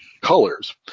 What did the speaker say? colors